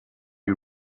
you